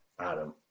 Adam